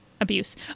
abuse